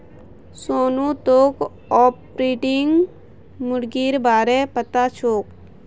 सोनू तोक ऑर्पिंगटन मुर्गीर बा र पता छोक